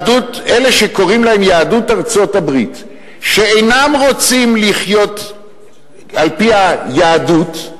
אלה שקוראים להם "יהדות ארצות-הברית" שאינם רוצים לחיות על-פי היהדות,